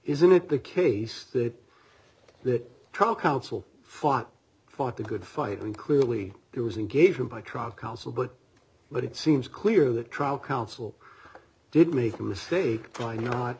isn't it the case that the trial council fought fought the good fight when clearly there was engagement by truck council but but it seems clear that trial council did make a mistake by not